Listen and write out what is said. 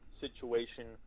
situation